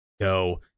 go